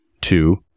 Two